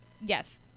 yes